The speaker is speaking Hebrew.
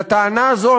לטענה הזאת,